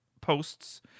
posts